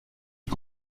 est